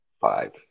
Five